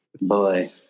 boy